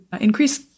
increase